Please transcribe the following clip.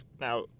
Now